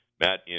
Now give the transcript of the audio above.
Matt